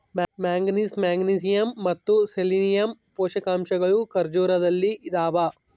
manganese magnesium ಮತ್ತು selenium ಪೋಷಕಾಂಶಗಳು ಖರ್ಜೂರದಲ್ಲಿ ಇದಾವ